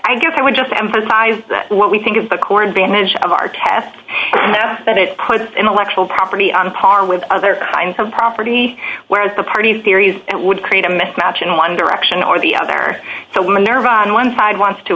i guess i would just emphasize that what we think is the core advantage of our test that it puts intellectual property on par with other kinds of property whereas the parties series and would create a mismatch in one direction or the other so when the nerve on one side wants to